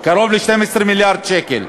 קרוב ל-12 מיליארד שקל.